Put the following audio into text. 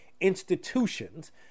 institutions